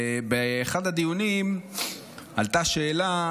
באחד הדיונים עלתה שאלה